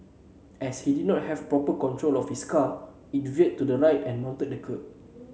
as he did not have proper control of his car it veered to the right and mounted the kerb